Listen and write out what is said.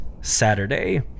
Saturday